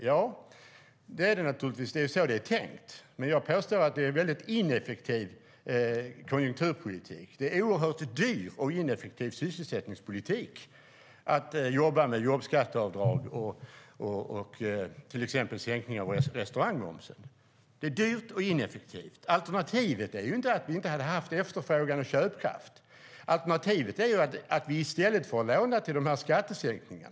Ja, det gör det naturligtvis - det är så det är tänkt. Men jag påstår att det är väldigt ineffektivt konjunkturpolitiskt. Det är en oerhört dyr och ineffektiv sysselsättningspolitik att jobba med jobbskatteavdrag och till exempel sänkning av restaurangmomsen. Det är dyrt och ineffektivt. Alternativet är inte att vi inte hade haft efterfrågan och köpkraft. Alternativet är ju att vi får låna till dessa skattesänkningar.